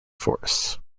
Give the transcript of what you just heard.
forests